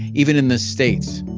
even in the states.